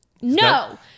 No